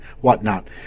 whatnot